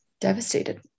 devastated